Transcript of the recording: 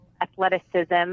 athleticism